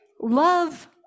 love